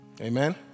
Amen